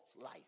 life